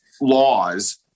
laws